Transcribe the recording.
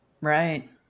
right